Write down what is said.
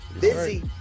busy